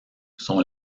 sont